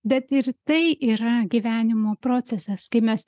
bet ir tai yra gyvenimo procesas kai mes